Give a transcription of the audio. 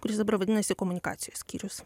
kuris dabar vadinasi komunikacijos skyrius